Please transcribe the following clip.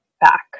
back